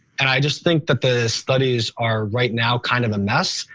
and i just think that the studies are right now kind of a mess.